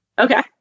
Okay